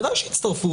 בוודאי שיצטרפו.